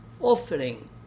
offering